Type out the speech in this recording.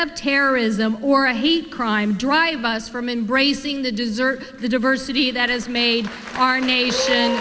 of terrorism or a hate crime drive us from an brazing the desert the diversity that has made our nation